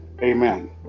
Amen